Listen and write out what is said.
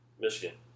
Michigan